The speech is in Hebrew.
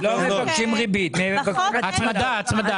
לא מבקשים ריבית, מבקשים הצמדה.